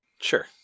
Sure